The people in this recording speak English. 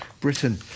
britain